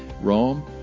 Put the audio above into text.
Rome